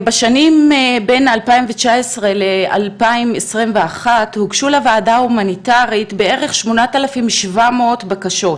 --- בשנים 2019-2021 הוגשו לוועדה ההומניטארית בערך 8,700 בקשות,